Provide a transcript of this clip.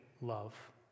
love